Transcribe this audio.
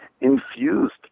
infused